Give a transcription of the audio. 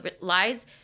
lies